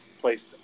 placed